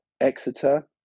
exeter